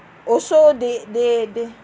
also they they they